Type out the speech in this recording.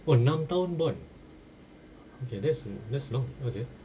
oh enam tahun bond okay that's that's long okay